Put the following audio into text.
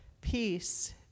peace